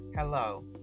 Hello